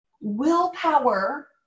Willpower